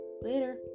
Later